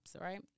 right